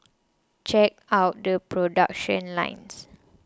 check out the production lines